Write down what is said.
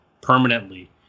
permanently